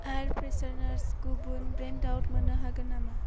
air fresheners गुबुन ब्रेन्डाव मोन्नो हागोन नामा